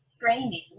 training